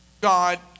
God